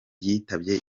yitabye